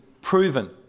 proven